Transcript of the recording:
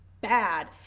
bad